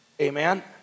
amen